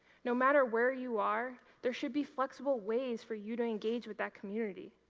no matter where you are, there should be flexible ways for you to engage with that community.